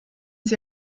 sie